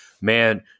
man